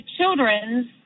Children's